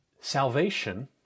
salvation